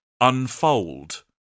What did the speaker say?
unfold